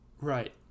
Right